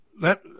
let